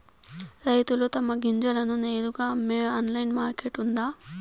రైతులు తమ గింజలను నేరుగా అమ్మే ఆన్లైన్ మార్కెట్ ఉందా?